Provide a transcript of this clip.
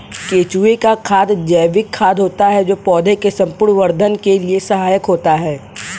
केंचुए का खाद जैविक खाद है जो पौधे के संपूर्ण वर्धन के लिए सहायक होता है